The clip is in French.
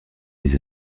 les